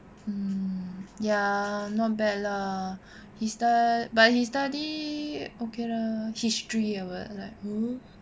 hmm ya not bad lah he sta~ but he study okay lah history about like !huh!